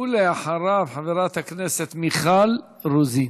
ואחריו, חברת הכנסת מיכל רוזין.